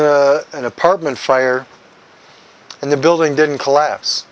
an apartment fire and the building didn't collapse